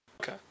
Okay